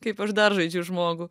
kaip aš dar žaidžiu žmogų